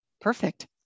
Perfect